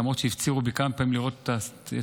למרות שהפצירו בי כמה פעמים לראות את הסרטון,